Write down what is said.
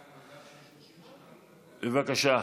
בבקשה,